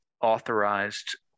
authorized